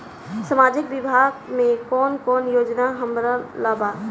सामाजिक विभाग मे कौन कौन योजना हमरा ला बा?